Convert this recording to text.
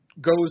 goes